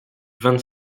vingt